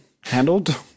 handled